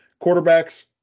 Quarterbacks